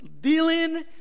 Dealing